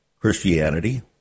Christianity